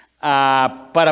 para